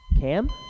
Cam